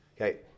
Okay